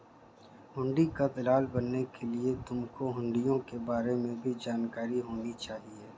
हुंडी का दलाल बनने के लिए तुमको हुँड़ियों के बारे में भी जानकारी होनी चाहिए